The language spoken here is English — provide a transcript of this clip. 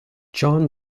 john